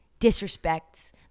disrespects